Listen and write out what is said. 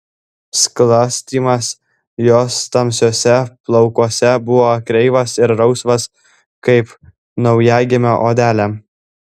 sklastymas jos tamsiuose plaukuose buvo kreivas ir rausvas kaip naujagimio odelė